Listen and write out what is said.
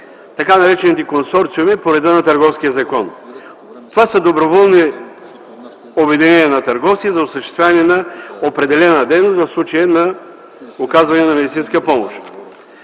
така наречените консорциуми, по реда на Търговския закон. Това са доброволни обединения на търговци за осъществяване на определена дейност, в случая на оказване на медицинска помощ.